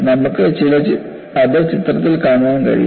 നമുക്ക് അത് ചിത്രത്തിൽ കാണാൻ കഴിയും